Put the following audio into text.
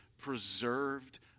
preserved